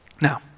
Now